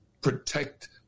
protect